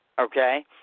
Okay